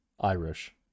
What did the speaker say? Irish